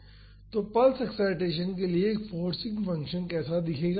तो pulse excitation के लिए एक फोर्सिंग फंक्शन कैसे दिखेगा